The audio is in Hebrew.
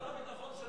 שר הביטחון,